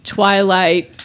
twilight